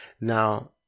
Now